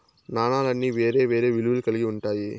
నాణాలన్నీ వేరే వేరే విలువలు కల్గి ఉంటాయి